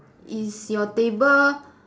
is your table